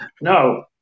No